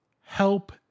help